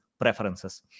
preferences